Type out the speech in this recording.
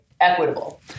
equitable